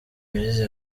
belise